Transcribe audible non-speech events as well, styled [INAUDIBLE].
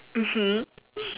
mmhmm [BREATH]